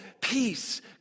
peace